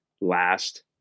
last